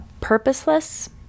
purposeless